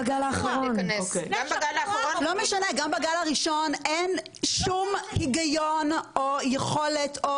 לא משנה, גם בגל הראשון, אין שום הגיון או יכולת.